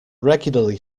regularly